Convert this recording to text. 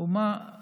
זה היה ב-02:00,